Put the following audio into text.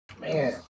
Man